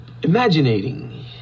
Imaginating